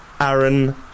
Aaron